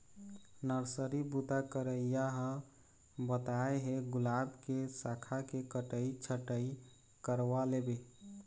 nursery बूता करइया ह बताय हे गुलाब के साखा के कटई छटई करवा लेबे